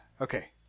Okay